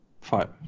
Five